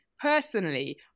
personally